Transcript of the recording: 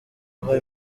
guha